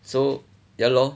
so ya lor